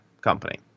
company